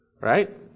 Right